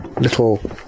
little